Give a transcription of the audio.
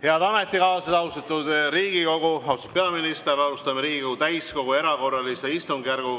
Head ametikaaslased! Austatud Riigikogu! Austatud peaminister! Alustame Riigikogu täiskogu erakorralist istungjärku